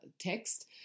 text